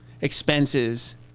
expenses